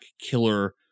killer